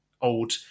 old